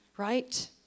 right